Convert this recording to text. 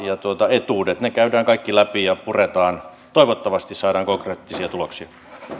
etuudet käydään kaikki läpi ja puretaan toivottavasti saadaan konkreettisia tuloksia pääministeri kaksi